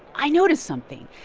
i noticed something.